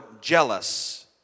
jealous